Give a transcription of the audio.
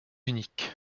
unique